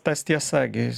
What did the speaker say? tas tiesa gi